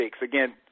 Again